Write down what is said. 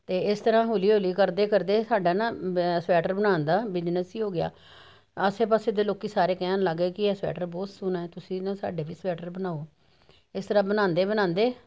ਤੇ ਏਸ ਤਰ੍ਹਾਂ ਹੌਲੀ ਹੌਲੀ ਕਰਦੇ ਕਰਦੇ ਸਾਡਾ ਨਾ ਸਵੈਟਰ ਬਣਾਨ ਦਾ ਬਿਜਨਸ ਹੀ ਹੋ ਗਿਆ ਆਸੇ ਪਾਸੇ ਦੇ ਲੋਕੀਂ ਸਾਰੇ ਕਹਿਣ ਲੱਗਗੇ ਕੀ ਸਵੈਟਰ ਬਹੁਤ ਸੋਹਣਾ ਤੁਸੀਂ ਨਾ ਸਾਡਾ ਵੀ ਸਵੈਟਰ ਬਣਾਓ ਏਸ ਤਰ੍ਹਾਂ ਬਣਾਂਦੇ ਬਣਾਂਦੇ